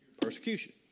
Persecution